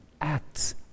acts